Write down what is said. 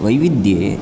वैविध्ये